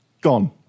gone